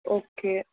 okay